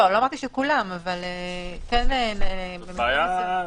לא אמרתי שכולם, אבל --- זו בעיה.